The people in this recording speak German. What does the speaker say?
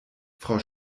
frau